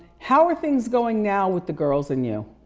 how are things going now with the girls and you?